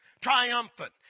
triumphant